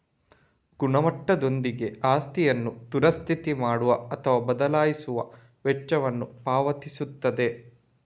ಗುಣಮಟ್ಟದೊಂದಿಗೆ ಆಸ್ತಿಯನ್ನು ದುರಸ್ತಿ ಮಾಡುವ ಅಥವಾ ಬದಲಿಸುವ ವೆಚ್ಚವನ್ನು ಪಾವತಿಸುತ್ತದೆ